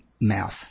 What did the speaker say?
mouth